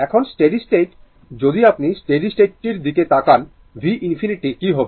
এখন স্টেডি স্টেটে যদি আপনি স্টেডি স্টেট টির দিকে তাকান v ইনফিনিটি কী হবে